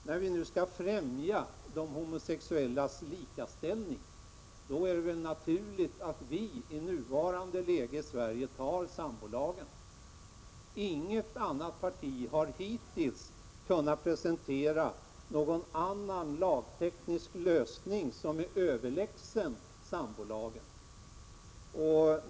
När vi nu skall främja de homosexuellas likaställning, är det väl naturligt att vi i nuvarande läge i Sverige fattar beslut om sambolagen. Inget annat parti har hittills kunnat presentera någon annan lagteknisk lösning som skulle vara sambolagen överlägsen.